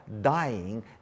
dying